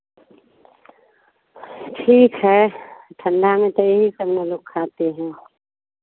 ठीक है ठंडा में तो यही सब ना लोग खाते हैं